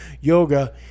yoga